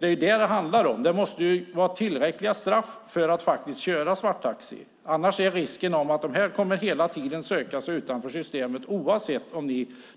Det är ju detta det handlar om. Det måste vara tillräckliga straff för dem som kör svarttaxi, annars är risken att de hela tiden kommer att söka sig utanför systemet.